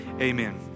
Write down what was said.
Amen